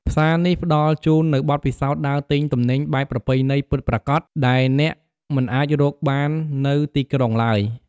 ផ្សារនេះផ្តល់ជូននូវបទពិសោធន៍ដើរទិញទំនិញបែបប្រពៃណីពិតប្រាកដដែលអ្នកមិនអាចរកបាននៅទីក្រុងឡើយ។